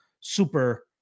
super